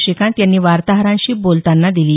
श्रीकांत यांनी वार्ताहरांशी बोलतांना दिली